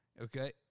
Okay